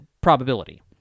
probability